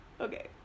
okay